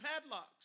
padlocks